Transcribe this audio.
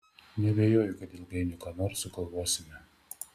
neabejoju kad ilgainiui ką nors sugalvosime